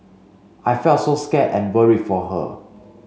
I felt so scared and worry for her